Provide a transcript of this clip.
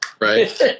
right